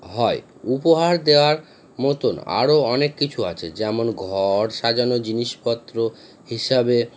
হয় উপহার দেওয়ার মতন আরও অনেক কিছু আছে যেমন ঘর সাজানো জিনিসপত্র হিসাবে